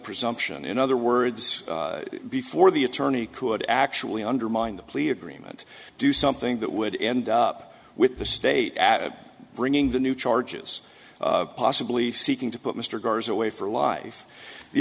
presumption in other words before the attorney could actually undermine the plea agreement do something that would end up with the state at bringing the new charges possibly seeking to put mr gars away for life the